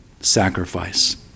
sacrifice